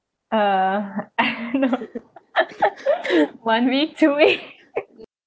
uh I know one week two week